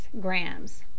grams